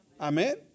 Amen